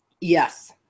Yes